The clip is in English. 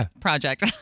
project